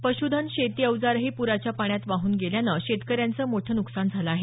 पशूधन शेती अवजारंही प्राच्या पाण्यात वाहून गेल्यानं शेतकऱ्यांचं मोठं नुकसान झालं आहे